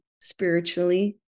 spiritually